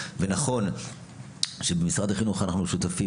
ונכון שבמשרד החינוך אנחנו שותפים.